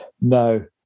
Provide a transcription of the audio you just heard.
No